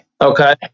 okay